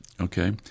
Okay